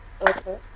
Okay